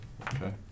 okay